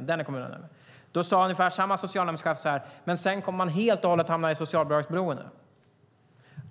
Den är kommunerna nöjda med. För ungefär ett halvår sedan sade samma socialdemokrater ungefär så här: Men sedan kommer man att helt och hållet hamna i socialbidragsberoende.